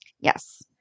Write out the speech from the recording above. Yes